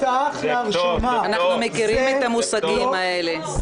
אנחנו מכירים את המושגים האלה.